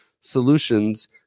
solutions